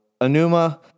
Anuma